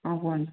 ହଁ କୁହନ୍ତୁ